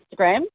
Instagram